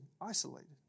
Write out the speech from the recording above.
isolated